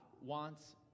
wants